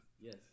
Yes